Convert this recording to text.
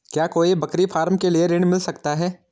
क्या कोई बकरी फार्म के लिए ऋण मिल सकता है?